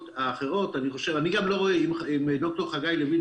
אני מאוד מעריך את ד"ר חגי לוין,